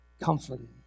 comforted